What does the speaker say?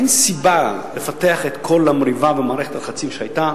אין סיבה לפתח את כל המריבה ומערכת הלחצים שהיתה.